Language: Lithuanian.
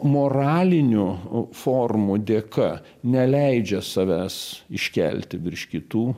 moralinių formų dėka neleidžia savęs iškelti virš kitų